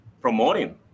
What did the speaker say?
promoting